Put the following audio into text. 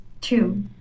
Two